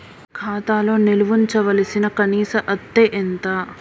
ఖాతా లో నిల్వుంచవలసిన కనీస అత్తే ఎంత?